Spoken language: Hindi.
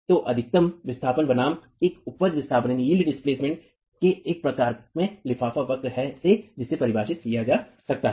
तो अधिकतम विस्थापन बनाम एक उपज विस्थापन के एक प्रकार में लिफाफा वक्र से जिसे परिभाषित किया जा सकता है